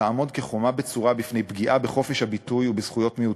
תעמוד כחומה בצורה בפני פגיעה בחופש הביטוי ובזכויות מיעוטים,